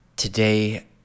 Today